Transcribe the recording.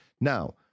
Now